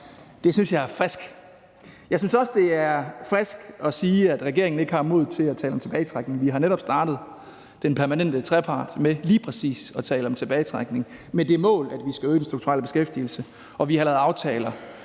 synes jeg er frisk. Jeg synes også, det er frisk at sige, at regeringen ikke har modet til at tale om tilbagetrækning. Vi har netop startet den permanente trepart med lige præcis at tale om tilbagetrækning med det mål, at vi skal øge den strukturelle beskæftigelse, og vi har lavet aftaler,